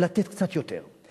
ולתת קצת יותר,